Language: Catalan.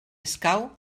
escau